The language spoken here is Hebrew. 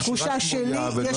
בתחושה שלי יש